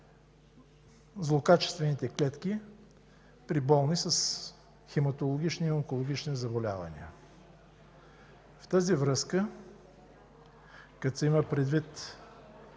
злокачествените клетки при болни с хематологични и онкологични заболявания. В тази връзка, като се има предвид